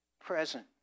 present